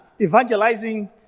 evangelizing